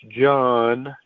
John